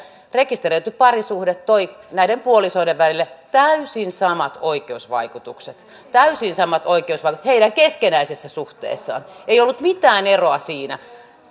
rekisteröity parisuhde toi näiden puolisoiden välille täysin samat oikeusvaikutukset täysin samat oikeusvaikutukset heidän keskinäisessä suhteessaan ei ollut mitään eroa siinä